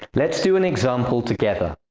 let's do an example together